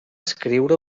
escriure